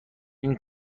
این